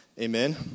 Amen